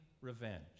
revenge